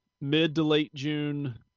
mid-to-late-June